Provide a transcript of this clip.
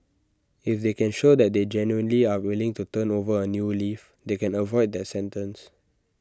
if they can show that they genuinely are willing to turn over A new leaf they can avoid that sentence